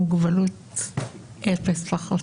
את המוגבלות פחות.